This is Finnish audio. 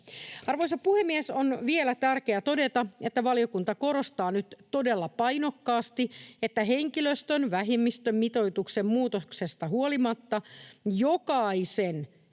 Arvoisa puhemies! On vielä tärkeää todeta, että valiokunta korostaa nyt todella painokkaasti, että henkilöstön vähimmäismitoituksen muutoksesta huolimatta jokaisen